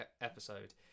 episode